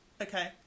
Okay